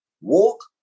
walk